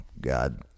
God